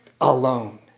Alone